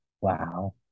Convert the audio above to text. wow